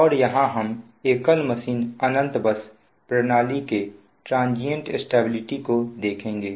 और यहां हम एकल मशीन अनंत बस प्रणाली के ट्रांजियंट स्टेबिलिटी को देखेंगे